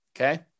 Okay